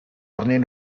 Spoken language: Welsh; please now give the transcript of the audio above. arnyn